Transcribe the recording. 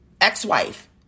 ex-wife